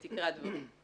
תודה.